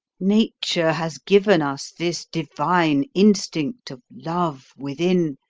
nature has given us this divine instinct of love within,